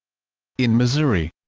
in maysville,